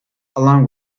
along